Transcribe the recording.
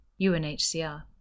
UNHCR